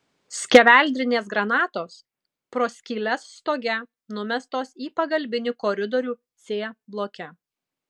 skeveldrinės granatos pro skyles stoge numestos į pagalbinį koridorių c bloke